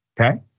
Okay